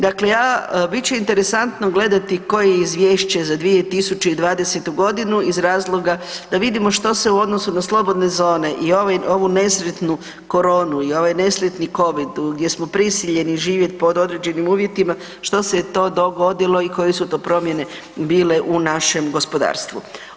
Dakle, ja, bit će interesantno gledati koje izvješće za 2020. godinu iz razloga da vidimo što se u odnosu na slobodne zone i ovu nesretnu koronu i ovaj nesretni Covid gdje smo prisiljeni živjeti pod određenim uvjetima, što se je to dogodilo i koje su to promjene bile u našem gospodarstvu.